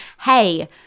hey